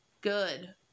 good